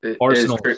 Arsenal